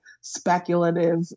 speculative